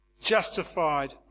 justified